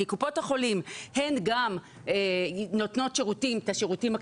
כי קופות החולים הן גם נותנות את השירותים הכלליים,